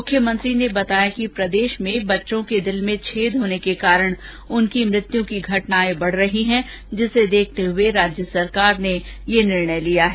मुख्यमंत्री ने बताया कि प्रदेश में बच्चों के दिल में छेद होने के कारण उनकी मृत्यु की घटनाएं बढ रही है जिसे देखते हुए राज्य सरकार यह निर्णय लिया है